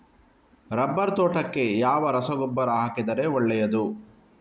Rubber ತೋಟಕ್ಕೆ ಯಾವ ರಸಗೊಬ್ಬರ ಹಾಕಿದರೆ ಒಳ್ಳೆಯದು?